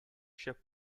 ship